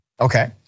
okay